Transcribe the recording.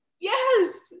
Yes